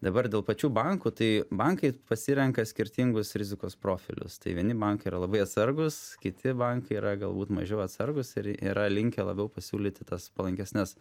dabar dėl pačių bankų tai bankai pasirenka skirtingus rizikos profilius tai vieni bankai yra labai atsargūs kiti bankai yra galbūt mažiau atsargūs ir yra linkę labiau pasiūlyti tas palankesnes